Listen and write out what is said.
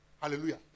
Hallelujah